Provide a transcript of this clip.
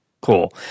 cool